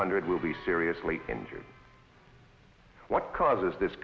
hundred will be seriously injured what causes this